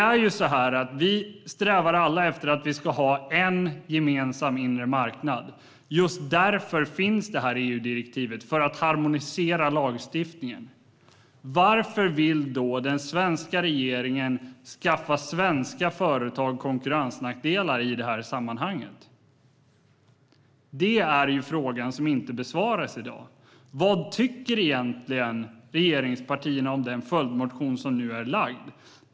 Vi strävar ju alla efter att ha en gemensam inre marknad. Just därför finns det här EU-direktivet - för att harmonisera lagstiftningen. Varför vill då den svenska regeringen ge svenska företag konkurrensnackdelar i det här sammanhanget? Det är frågan som inte besvaras i dag. Vad tycker egentligen regeringspartierna om den följdmotion som nu är lagd?